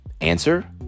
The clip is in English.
Answer